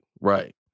right